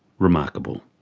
remarkable.